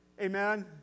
Amen